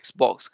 Xbox